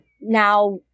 now